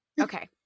okay